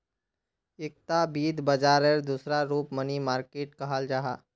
एकता वित्त बाजारेर दूसरा रूप मनी मार्किट कहाल जाहा